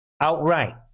outright